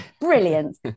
brilliant